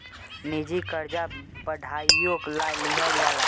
निजी कर्जा पढ़ाईयो ला लिहल जाला